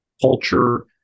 culture